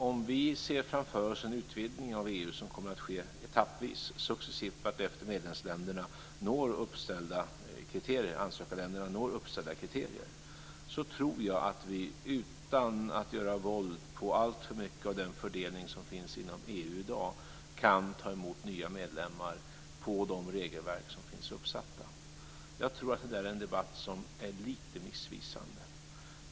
Om vi ser framför oss en utvidgning av EU som kommer att ske etappvis successivt vart efter ansökarländerna når uppställda kriterier, tror jag att vi utan att göra våld på alltför mycket av den fördelning som finns inom EU i dag kan ta emot nya medlemmar med de regelverk som finns uppsatta. Jag tror att det är en debatt som är lite missvisande.